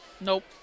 nope